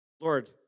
Lord